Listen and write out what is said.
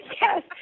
yes